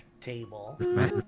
table